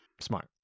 Smart